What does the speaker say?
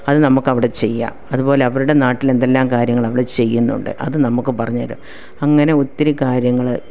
അത് നമുക്ക് അവിടെ ചെയ്യാം അതു പോലെ അവരുടെ നാട്ടിൽ എന്തെല്ലാം കാര്യങ്ങൾ അവിടെ ചെയ്യുന്നുണ്ട് അത് നമുക്ക് പറഞ്ഞു തരും അങ്ങനെ ഒത്തിരി കാര്യങ്ങൾ